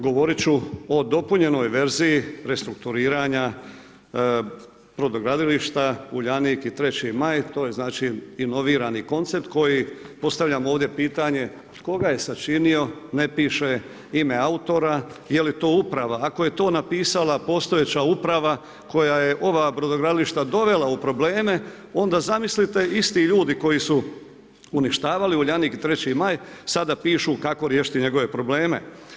Govorit ću o dopunjenoj verziji restrukturiranja brodogradilišta Uljanik i Treći maj, to je znači inovirani koncept koji postavljamo ovdje pitanje tko ga je sačinio ne piše ime autora, je li to uprava, ako je to napisala postojeća uprava koja je ova brodogradilišta dovela u probleme, onda zamislite isti ljudi koji su uništavali Uljanik i Treći maj sada pišu kako riješiti njegove probleme.